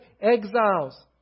exiles